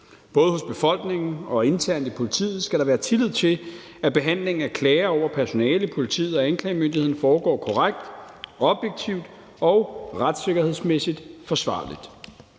Både hos befolkningen og internt i politiet skal der være tillid til, at behandlingen af klager over personale i politiet og anklagemyndigheden foregår korrekt, objektivt og retssikkerhedsmæssigt forsvarligt.